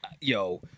yo